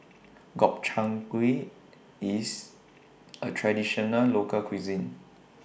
Gobchang Gui IS A Traditional Local Cuisine